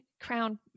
crown